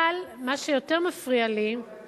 אבל מה שיותר מפריע לי, ביחד